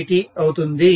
dt అవుతుంది